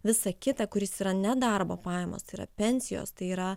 visą kitą kuris yra ne darbo pajamos yra pensijos tai yra